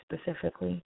specifically